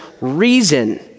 reason